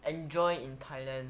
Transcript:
enjoy in thailand